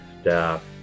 staff